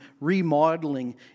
remodeling